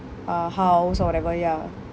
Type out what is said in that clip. uh house or whatever ya